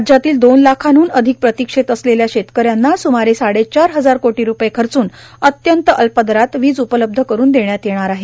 राज्यातील दोन लाखाहन अधिक प्रतिक्षेत असलेल्या शेतकऱ्यांना सुमारे साडेचार हजार कोटी रूपये खर्चून अत्यंत अल्प दरात वीज उपलब्ध करून देण्यात येणार आहे